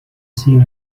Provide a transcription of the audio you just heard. seen